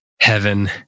Heaven